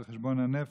של חשבון הנפש,